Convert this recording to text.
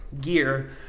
gear